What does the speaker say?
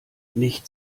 nicht